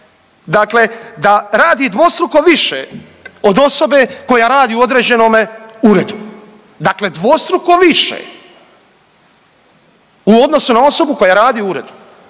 dakle da radi dvostruko više od osobe koja radi u određenome uredu. Dakle dvostruko više u odnosu na osobu koja radi u uredu.